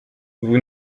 vous